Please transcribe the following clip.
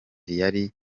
yari